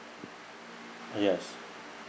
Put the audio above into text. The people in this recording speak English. yes